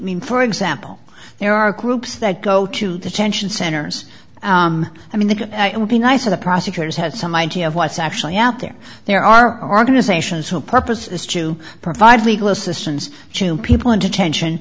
a mean for example there are groups that go to detention centers i mean they can be nice to the prosecutors have some idea of what's actually out there there are organizations who purpose is to provide legal assistance to people in detention